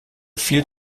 viel